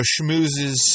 schmoozes